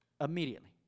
immediately